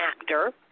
actor